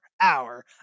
hour